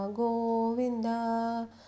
govinda